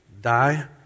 die